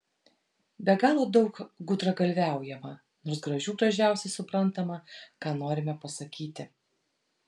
be galo daug gudragalviaujama nors gražių gražiausiai suprantama ką norime pasakyti